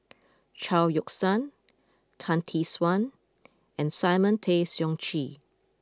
Chao Yoke San Tan Tee Suan and Simon Tay Seong Chee